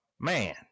Man